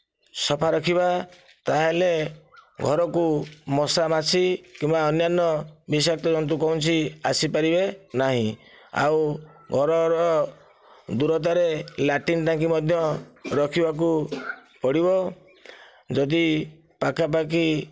ସଫା ରଖିବା ତାହେଲେ ଘରକୁ ମଶା ମାଛି କିମ୍ବା ଅନ୍ୟାନ୍ୟ ବିଷାକ୍ତ ଜନ୍ତୁ କୌଣସି ଆସିପାରିବେ ନାହିଁ ଆଉ ଘରର ଦୂରତାରେ ଲାଟିନ ଟାଙ୍କି ମଧ୍ୟ ରଖିବାକୁ ପଡ଼ିବ ଯଦି ପାଖାପାଖି